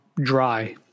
dry